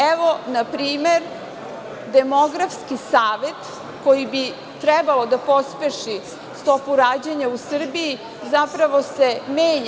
Evo, na primer, Demografski savet, koji bi trebalo da pospeši stopu rađanja u Srbiji, zapravo se menja.